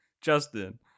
Justin